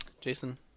Jason